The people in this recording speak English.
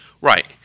Right